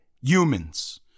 humans